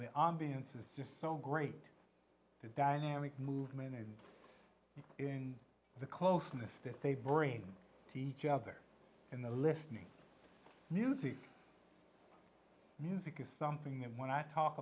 the audience is just so great that dynamic movement and in the closeness that they bring to each other and the listening new theme music is something that when i talk